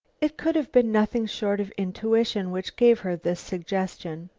it could have been nothing short of intuition which gave her this suggestion.